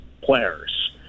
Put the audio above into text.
players